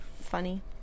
funny